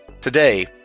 Today